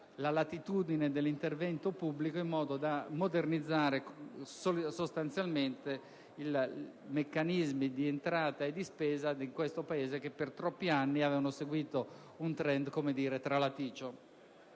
la latitudine dell'intervento pubblico, in modo da modernizzare sostanzialmente i meccanismi di entrata e di spesa di questo Paese, che per troppi anni avevano seguito un *trend* tralaticio.